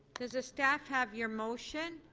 does the staff have your motion?